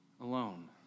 Alone